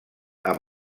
amb